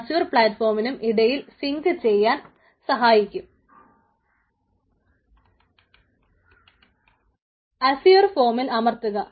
Azure ഫോമിൽ അമർത്തുക